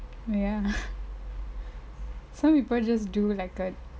ya some people just do like a